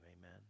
Amen